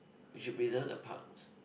we should preserve the parks